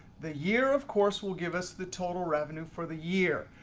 the year, of course, will give us the total revenue for the year.